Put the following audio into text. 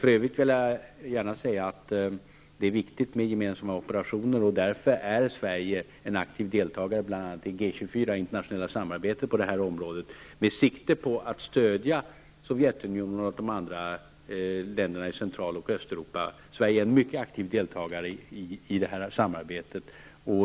I övrigt vill jag gärna säga att det är viktigt med gemensamma operationer, och därför är Sverige en aktiv deltagare i G 24, det internationella samarbetet på det här området, med sikte på att stödja Sovjet och de andra länderna i Central och Östeuropa. Sverige är en mycket aktiv deltagare i det samarbetet.